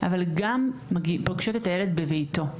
אבל גם פוגשות את הילד בבית שלו,